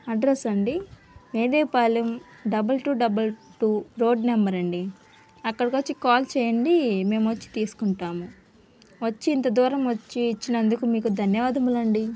address అండి Vedayapalem double two double two road number అండి అక్కడికి వచ్చి కాల్ చేయండి మేము వచ్చి తీసుకుంటాము వచ్చి ఇంత దూరం వచ్చి ఇచ్చినందుకు మీకు ధన్యవాదములండి